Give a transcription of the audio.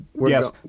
yes